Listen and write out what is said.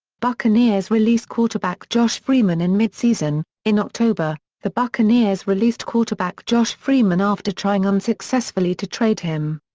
buccaneers release quarterback josh freeman in mid-season in october, the buccaneers released quarterback josh freeman after trying unsuccessfully to trade him.